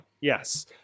Yes